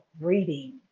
reading